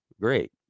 great